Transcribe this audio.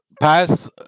pass